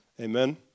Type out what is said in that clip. Amen